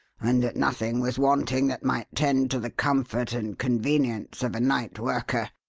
and that nothing was wanting that might tend to the comfort and convenience of a night worker.